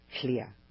clear